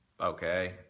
okay